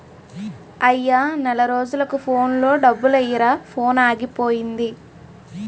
అయ్యా నెల రోజులకు ఫోన్లో డబ్బులెయ్యిరా ఫోనాగిపోయింది